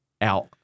out